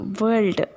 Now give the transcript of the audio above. world